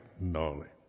knowledge